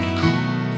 cool